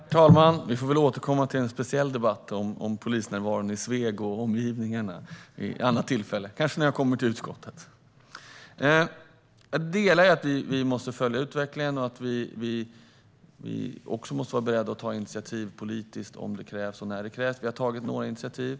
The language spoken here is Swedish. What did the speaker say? Herr talman! Vi får väl återkomma till en speciell debatt om polisnärvaron i Sveg och omgivningarna vid ett annat tillfälle, kanske när jag kommer till utskottet. Jag håller med om att vi måste följa utvecklingen och också vara beredda att ta politiska initiativ om och när det krävs. Vi har tagit några initiativ.